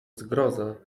zgroza